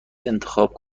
انتخاب